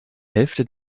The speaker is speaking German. hälfte